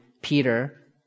Peter